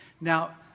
Now